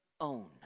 own